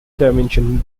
dimension